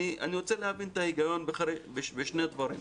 אני רוצה להבין את ההיגיון בשני דברים.